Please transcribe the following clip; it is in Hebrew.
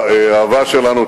האהבה שלנו,